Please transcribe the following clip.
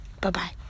Bye-bye